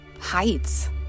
heights